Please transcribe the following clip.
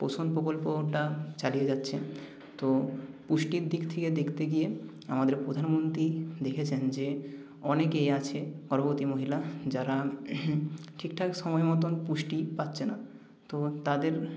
পোষণ প্রকল্পটা চালিয়ে যাচ্ছে তো পুষ্টির দিক থেকে দেখতে গিয়ে আমাদের প্রধানমন্ত্রী দেখেছেন যে অনেকেই আছে গর্ভবতী মহিলা যারা ঠিকঠাক সময় মতন পুষ্টি পাচ্ছে না তো তাদের